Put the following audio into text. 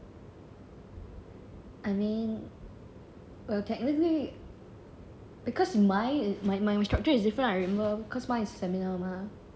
I mean well technically because my my instruction is different I remember cause mine is seminar mah